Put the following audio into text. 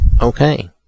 okay